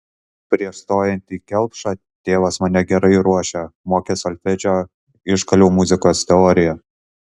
prieš stojant į kelpšą tėvas mane gerai ruošė mokė solfedžio iškaliau muzikos teoriją